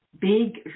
big